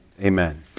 amen